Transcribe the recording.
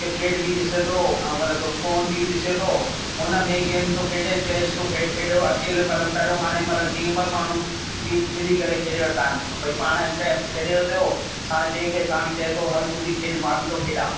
cricket बि ॾिसे थो ऐं मतिलबु फोन बि ॾिसे थो उन में गेम थो खेॾे चेस थो खेॾो अकेले मतिलबु पहिरियों हाणे मतिलबु जीअं ॿ माण्हूं मि मिली करे खेॾी वठंदा आहिनि भई पाण कंहिं खेॾे उथियो साण ॿिए खे साणु चए थो हलु तूं बि खेॾु मां बि थो खेॾां